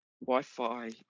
Wi-Fi